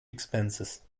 expenses